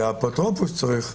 זה האפוטרופוס שלהם צריך.